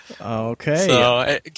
Okay